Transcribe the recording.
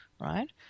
right